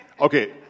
Okay